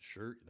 Sure